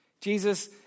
Jesus